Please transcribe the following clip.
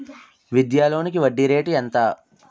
విద్యా లోనికి వడ్డీ రేటు ఎంత?